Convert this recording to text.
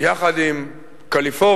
יחד עם קליפורניה